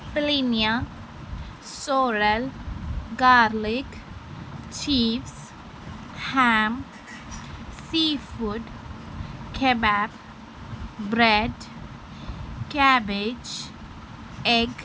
కలినియా sorrel garlic chips ham seafood kebab bread cabbage egg